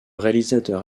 réalisateur